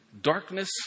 darkness